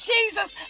Jesus